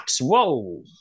Whoa